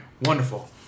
wonderful